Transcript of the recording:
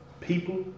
People